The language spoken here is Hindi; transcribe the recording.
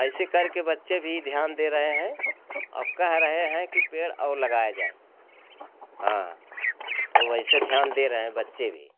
ऐसे करके बच्चे भी ध्यान दे रहे हैं औ कह रहे हैं कि पेड़ और लगाया जाए हाँ वो ऐसे ध्यान दे रहें बच्चे भी